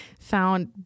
found